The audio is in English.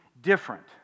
different